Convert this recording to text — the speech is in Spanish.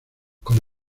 con